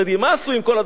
מה עשו עם כל הדבר הזה?